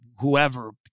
whoever